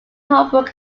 holbrook